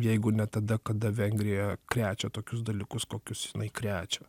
jeigu ne tada kada vengrija krečia tokius dalykus kokius jinai krečia